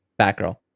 Batgirl